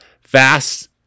Fast